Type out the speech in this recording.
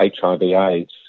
HIV/AIDS